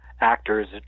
actors